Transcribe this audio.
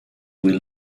will